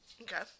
Okay